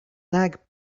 nag